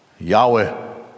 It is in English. Yahweh